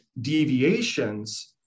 deviations